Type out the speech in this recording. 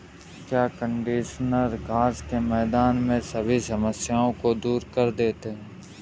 क्या कंडीशनर घास के मैदान में सभी समस्याओं को दूर कर देते हैं?